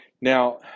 Now